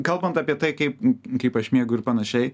kalbant apie tai kaip kaip aš miegu ir panašiai